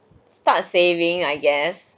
start saving I guess